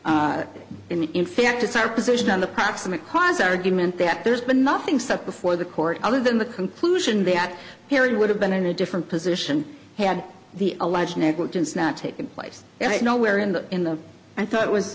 speculation in fact it's our position on the proximate cause argument that there's been nothing set before the court other than the conclusion that hearing would have been in a different position had the alleged negligence not taken place nowhere in the in the i thought it was